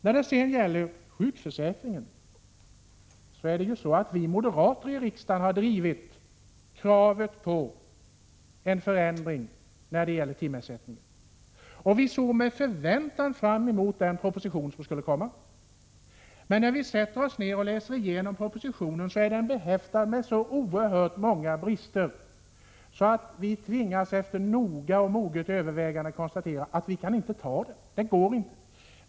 När det sedan gäller sjukförsäkringen är det vi moderater i riksdagen som drivit kravet på en förändring av timersättningen. Vi såg med förväntan fram mot den proposition som skulle komma. Men när vi sätter oss ned och läser igenom propositionen ser vi att den är behäftad med så oerhört många brister att vi efter moget övervägande tvingas konstatera att vi inte kan godta den. Det går inte.